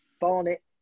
Barnet